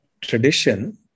tradition